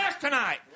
tonight